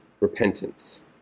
repentance